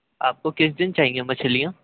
آپ کو کس دن چاہیے مچھلیاں